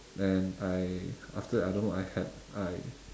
and I after that I don't know I had I